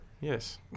Yes